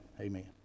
amen